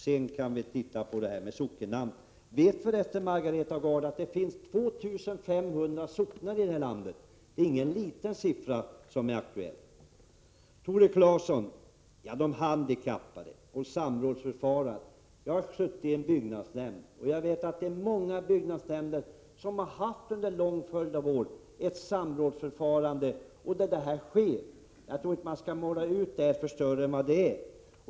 Sedan kan vi se över sockennamnen. Vet för resten Margareta Gard att det finns 2 500 socknar i det här landet? Det är alltså ingen liten siffra som är aktuell. Tore Claeson talade om de handikappade och samrådsförfarande. Jag har suttit i en byggnadsnämnd, och jag vet att många byggnadsnämnder under en lång följd av år har haft ett samrådsförfarande. Jag tror inte man skall måla ut detta som större än vad det är.